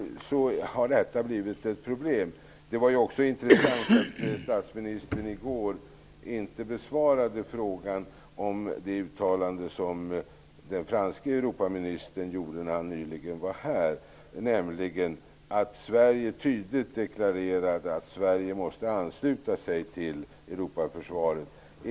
Det var också intressant att statsministern i går inte besvarade frågan om det uttalande som den franske Europaministern gjorde när han nyligen var här. Han deklarerade tydligt att Sverige måste ansluta sig till Europaförsvaret.